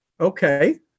Okay